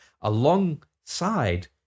alongside